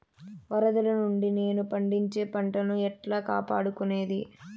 వరదలు నుండి నేను పండించే పంట ను ఎట్లా కాపాడుకునేది?